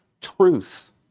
truth